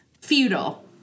Feudal